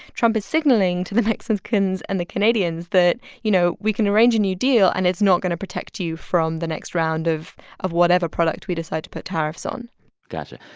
trump is signaling to the mexicans and the canadians that, you know, we can arrange a new deal, and it's not going to protect you from the next round of of whatever product we decide to put tariffs on gotcha.